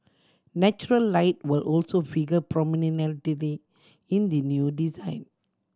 natural light will also figure in the new design